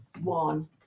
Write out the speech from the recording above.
one